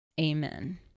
Amen